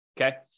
Okay